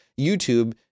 YouTube